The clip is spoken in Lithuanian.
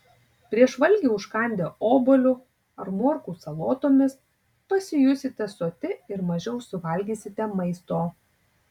prieš valgį užkandę obuoliu ar morkų salotomis pasijusite soti ir mažiau suvalgysite maisto